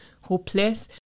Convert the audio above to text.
hopeless